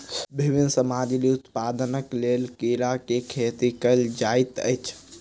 विभिन्न सामग्री उत्पादनक लेल कीड़ा के खेती कयल जाइत अछि